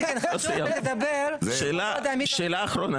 שאלה אחרונה.